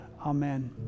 Amen